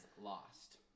lost